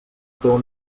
teu